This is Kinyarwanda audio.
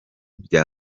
bya